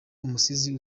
umusizi